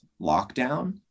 lockdown